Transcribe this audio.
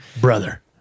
Brother